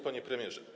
Panie Premierze!